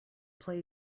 play